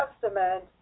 Testament